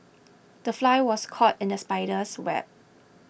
the fly was caught in the spider's web